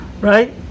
right